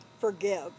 Forgive